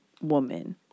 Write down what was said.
woman